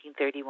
1931